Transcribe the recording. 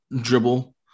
dribble